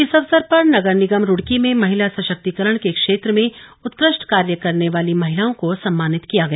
इस अवसर पर नगर निगम रुड़की में महिला सशक्तिकरण के क्षेत्र मे उत्कृष्ट कार्य करने वाली महिलाओ को सम्मानित किया गया